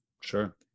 Sure